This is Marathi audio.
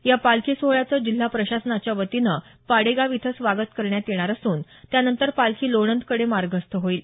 या पालखी सोहळ्याचं जिल्हा प्रशासनाच्या वतीनं पाडेगाव इथं स्वागत करण्यात येणार असून त्यानंतर पालखी लोणंदकडे मार्गस्थ होईल